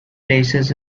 places